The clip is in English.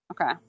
Okay